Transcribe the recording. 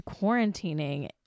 quarantining